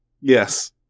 Yes